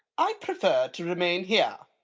i prefer to remain here.